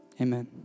Amen